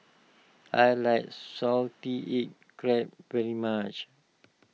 I like Salted Egg Crab very much